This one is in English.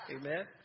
Amen